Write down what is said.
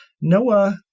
noah